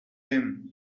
him